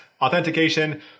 authentication